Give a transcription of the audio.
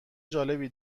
جالبی